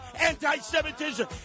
anti-Semitism